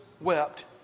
wept